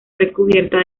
recubierta